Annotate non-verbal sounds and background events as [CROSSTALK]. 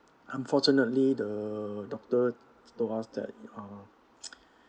unfortunately the doctor told us that um [NOISE]